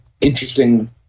Interesting